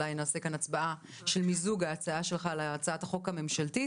אולי נעשה כאן הצבעה על מיזוג הצעת החוק הפרטית